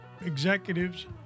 executives